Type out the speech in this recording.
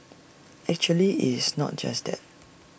actually it's not just that